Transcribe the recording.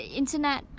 internet